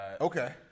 Okay